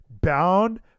bound